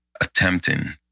attempting